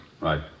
Right